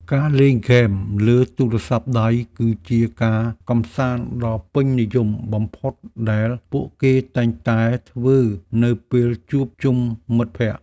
ការលេងហ្គេមលើទូរស័ព្ទដៃគឺជាការកម្សាន្តដ៏ពេញនិយមបំផុតដែលពួកគេតែងតែធ្វើនៅពេលជួបជុំមិត្តភក្តិ។